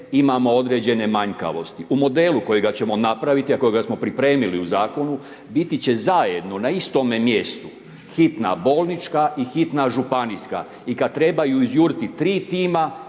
imamo određene manjkavosti. U modelu kojega ćemo napraviti, a kojega smo pripremili u Zakonu, biti će zajedno na istome mjestu hitna bolnička i hitna županijska i kad trebaju izjuriti tri tima